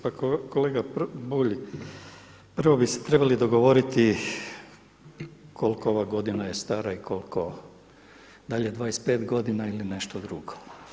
Pa kolega Bulj, prvo bi se trebali dogovoriti koliko ova godina je stara i koliko da li je 25 godina ili nešto drugo.